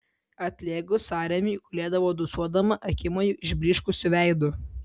atlėgus sąrėmiui gulėdavo dūsuodama akimoju išblyškusiu veidu